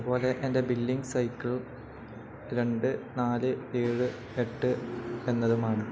അതുപോലെ എൻ്റെ billing cycle രണ്ട് നാല് ഏഴ് എട്ട് എന്നതുമാണ്